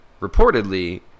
reportedly